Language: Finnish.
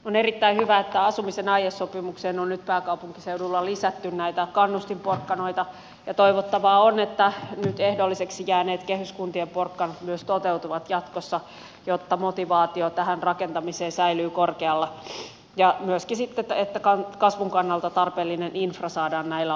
on erittäin hyvä että asumisen aiesopimukseen on nyt pääkaupunkiseudulla lisätty näitä kannustinporkkanoita ja toivottavaa on että nyt ehdollisiksi jääneet kehyskuntien porkkanat myös toteutuvat jatkossa jotta motivaatio tähän rakentamiseen säilyy korkealla ja myös että kasvun kannalta tarpeellinen infra saadaan näillä alueilla toteutettua